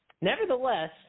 Nevertheless